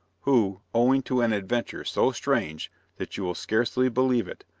who, owing to an adventure so strange that you will scarcely believe it,